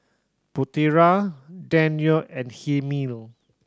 Putera Daniel and Hilmi